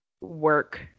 work